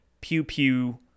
pew-pew